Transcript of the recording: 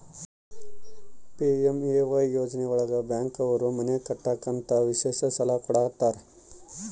PMAY ಯೋಜನೆ ಒಳಗ bank ಅವ್ರು ಮನೆ ಕಟ್ಟಕ್ ಅಂತ ವಿಶೇಷ ಸಾಲ ಕೂಡ ಕೊಡ್ತಾರ